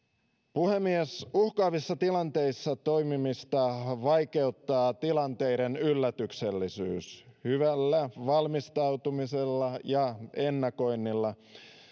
puhemies uhkaavissa tilanteissa toimimista vaikeuttaa tilanteiden yllätyksellisyys hyvällä valmistautumisella ja ennakoinnilla